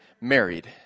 married